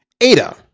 ADA